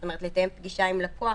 זאת אומרת לתאם פגישה עם לקוח,